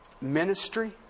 ministry